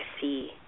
see